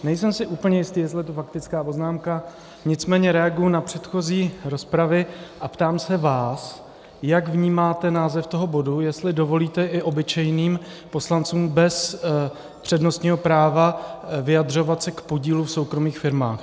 Nejsem si úplně jistý, jestli je to faktická poznámka, nicméně reaguji na předchozí rozpravy a ptám se vás, jak vnímáte název toho bodu, jestli dovolíte i obyčejným poslancům bez přednostního práva vyjadřovat se k podílu v soukromých firmách.